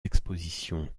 expositions